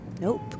Nope